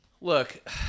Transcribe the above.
Look